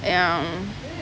ya